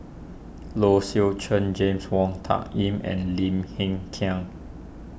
Low Swee Chen James Wong Tuck Yim and Lim Hng Kiang